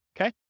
Okay